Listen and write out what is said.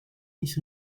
nicht